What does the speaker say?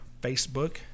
Facebook